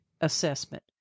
assessment